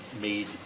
made